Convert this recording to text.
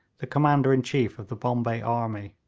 the commander-in-chief of the bombay army.